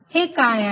हे काय आहे